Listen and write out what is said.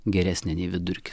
geresnė nei vidurkis